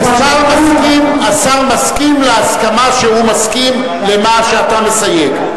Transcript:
השר מסכים להסכמה שהוא מסכים למה שאתה מסייג.